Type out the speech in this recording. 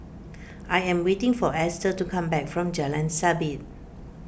I am waiting for Esther to come back from Jalan Sabit